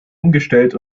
umgestellt